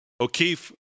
O'Keefe